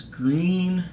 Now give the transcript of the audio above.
green